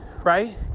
right